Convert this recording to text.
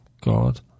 God